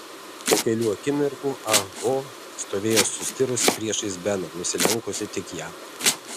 po kelių akimirkų ah ho stovėjo sustirusi priešais beną nusilenkusi tik jam